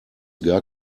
gar